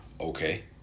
Okay